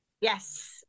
Yes